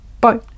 bye